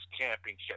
championship